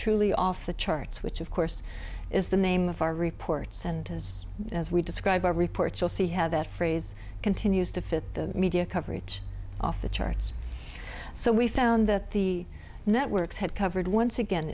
truly off the charts which of course is the name of our reports and as as we describe our report you'll see how that phrase continues to fit the media coverage off the charts so we found that the networks had covered once again